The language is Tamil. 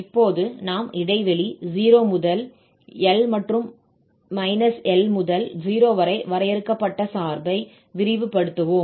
இப்போது நாம் இடைவெளி 0 முதல் l மற்றும் l முதல் 0 வரை வரையறுக்கப்பட்ட சார்பை விரிவுபடுத்துவோம்